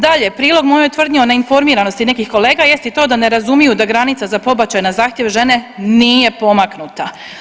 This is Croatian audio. Dalje, prilog mojoj tvrdnji o neinformiranosti nekih kolega jest i to da ne razumiju da granica za pobačaj na zahtjev žene nije pomaknuta.